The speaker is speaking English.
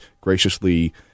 graciously